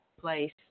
place